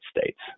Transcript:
states